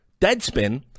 Deadspin